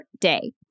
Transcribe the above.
day